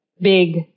big